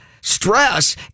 Stress